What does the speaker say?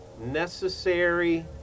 necessary